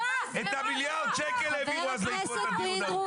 את המיליארד שקל העבירו אז ל --- חבר הכנסת פינדרוס,